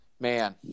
Man